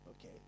Okay